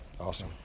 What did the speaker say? Awesome